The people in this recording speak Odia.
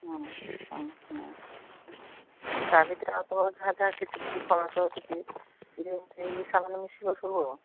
ହଁ ହଁ ହଁ ତା ଭିତରେ କିଛି କିଛି ଖର୍ଚ୍ଚ ସେଇ ହିସାବରେ ମିଶିବ ସବୁ